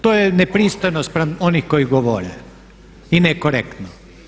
To je nepristojno spram onih koji govore i nekorektno.